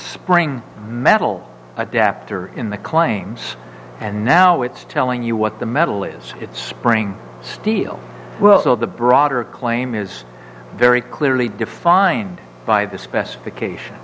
spring metal adapter in the claims and now it's telling you what the metal is it's spring steel so the broader claim is very clearly defined by the specifications